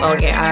Okay